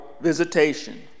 visitation